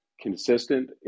consistent